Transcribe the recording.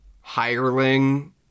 hireling